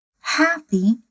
happy